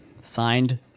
Signed